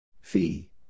Fee